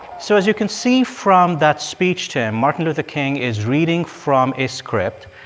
so as you can see from that speech, tim, martin luther king is reading from a script.